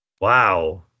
Wow